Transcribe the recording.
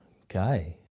Okay